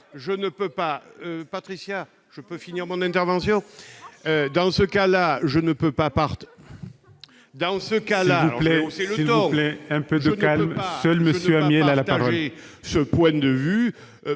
Je ne peux pas partager ce point de vue.